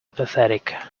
apathetic